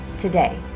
today